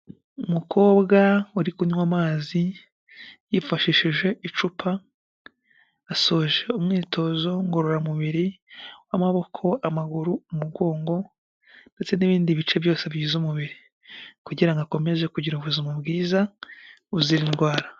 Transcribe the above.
Umukobwa uri kunywa amazi yifashishije icupa asoje umwitozo ngororamubiri w'amaboko amaguru umugongo, ndetse n'ibindi bice byose bigize umubiri, kugira ngo akomeze kugira ubuzima bwiza buzira indwara.